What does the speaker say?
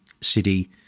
city